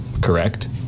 correct